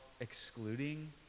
excluding